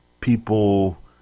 people